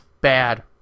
bad